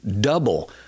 double